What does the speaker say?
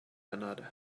another